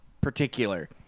particular